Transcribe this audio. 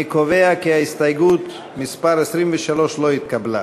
אני קובע כי הסתייגות מס' 23 לא התקבלה.